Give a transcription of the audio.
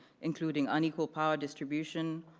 including unequal power distribution,